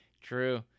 True